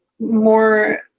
more